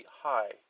high